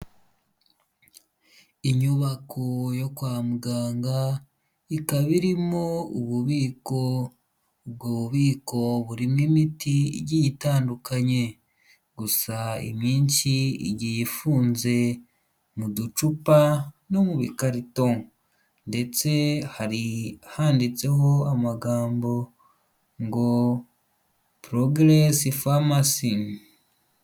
Inyubako yo kwa muganga ikaba irimo ububiko ubwo bubiko burimo imiti igiye itandukanye, gusa iminsi ifunze mu ducupa no mu karito ndetse hari handitseho amagambo ngo porogeresi farumasi.